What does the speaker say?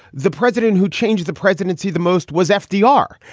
the president who changed the presidency the most was fdr,